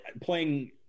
playing